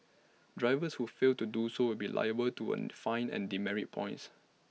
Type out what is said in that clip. drivers who fail to do so will be liable to an fine and demerit points